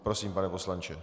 Prosím, pane poslanče.